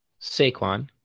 Saquon